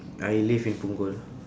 I live in punggol